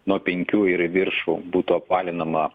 nuo penkių ir į viršų būtų apvalinama